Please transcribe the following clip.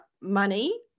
money